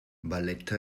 valletta